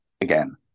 again